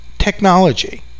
technology